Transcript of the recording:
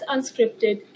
Unscripted